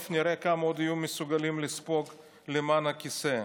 טוב, נראה כמה עוד יהיו מסוגלים לספוג למען הכיסא.